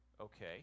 Okay